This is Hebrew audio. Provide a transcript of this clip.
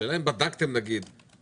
השאלה אם בעקבות אותו